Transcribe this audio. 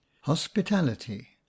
Hospitality